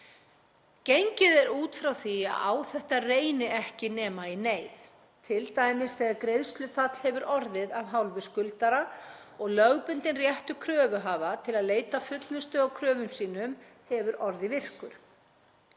Gengið er út frá því að á þetta reyni ekki nema í neyð, t.d. þegar greiðslufall hefur orðið af hálfu skuldara og lögbundinn réttur kröfuhafa til að leita fullnustu á kröfum sínum er orðinn virkur.